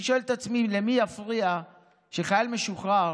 אני שואל את עצמי: למי יפריע שחייל משוחרר